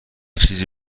چیزی